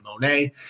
Monet